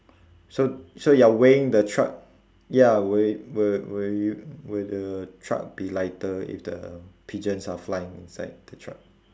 so so you're weighing the truck ya will it will will you will the truck be lighter if the pigeons are flying inside the truck